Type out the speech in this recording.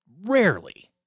Rarely